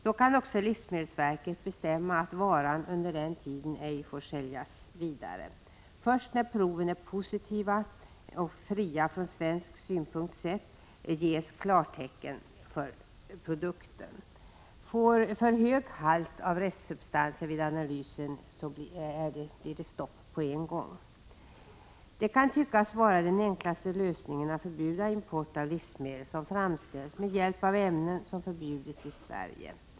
Då kan också livsmedelsverket bestämma att varan under tiden ej får säljas vidare. Först när proven är från svensk synpunkt positiva och fria ges klartecken för produkten. Om analysen visar för hög halt av restsubstanser blir det stopp på en gång. Det kan tyckas vara den enklaste lösningen att förbjuda import av livsmedel som framställts med hjälp av ämnen som förbjudits i Sverige.